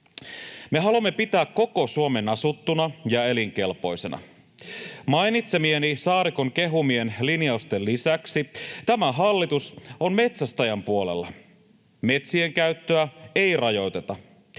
Me haluamme pitää koko Suomen asuttuna ja elinkelpoisena. Mainitsemieni Saarikon kehumien linjausten lisäksi tämä hallitus on metsästäjän puolella. Metsien käyttöä ei rajoiteta.